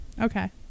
okay